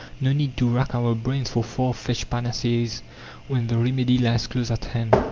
no need to rack our brains for far-fetched panaceas when the remedy lies close at hand.